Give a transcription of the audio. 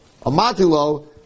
Amatilo